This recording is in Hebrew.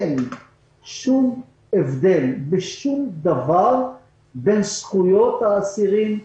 אין שום הבדל בשום דבר בין זכויות האסירים,